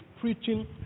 preaching